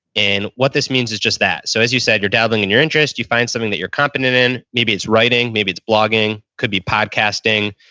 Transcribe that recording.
what this means is just that. so as you said, you're dabbling in your interests, you find something that you're competent in. maybe it's writing. maybe it's blogging. could be podcasting.